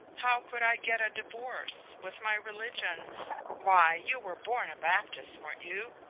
how could i get a divorce? with my religion why, you were born a baptist, weren't you?